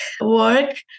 work